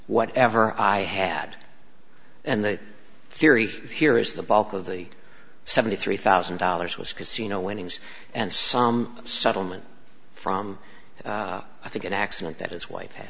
whatever i had and the theory here is the bulk of the seventy three thousand dollars was casino winnings and some settlement from i think an accident that his w